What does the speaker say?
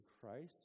Christ